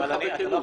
אני אומר לך בכנות.